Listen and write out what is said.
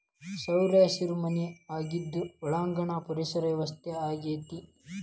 ಸೌರಹಸಿರು ಮನೆ ಆಗಿದ್ದು ಒಳಾಂಗಣ ಪರಿಸರ ವ್ಯವಸ್ಥೆ ಆಗೆತಿ